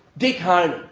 dick honan,